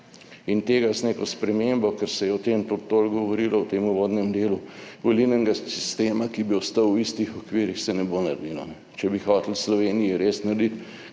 in tega z neko spremembo, ker se je o tem tudi toliko govorilo v tem uvodnem delu volilnega sistema, ki bi ostal v istih okvirih se ne bo naredilo. Če bi hoteli Sloveniji res narediti